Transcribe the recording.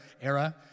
era